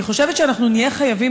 אני חושבת שאנחנו נהיה חייבים,